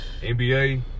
NBA